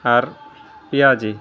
ᱟᱨ ᱯᱮᱭᱟᱡᱤ